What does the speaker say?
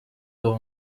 uwo